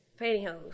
pantyhose